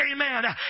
Amen